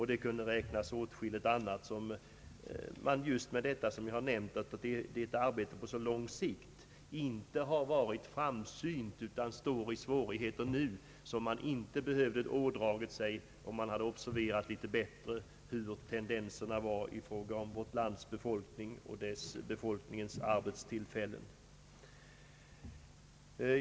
Jag skulle kunna räkna upp många andra områden som också kräver ett arbete på lång sikt men beträffande vilka regeringen inte har visat tillräcklig framsynthet utan råkat i svårigheter som hade kunnat undvikas om man tidigare observerat tendenserna i fråga om arbetstillfällen för befolkningen i vårt land.